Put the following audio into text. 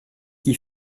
qui